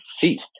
ceased